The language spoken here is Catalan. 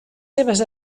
seves